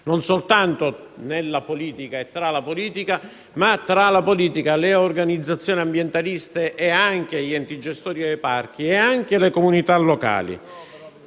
non solo nella politica e tra la politica, ma tra la politica, le organizzazioni ambientaliste e anche gli enti gestori dei parchi e le comunità locali,